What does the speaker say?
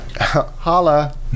Holla